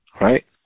right